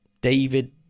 David